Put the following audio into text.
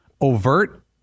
overt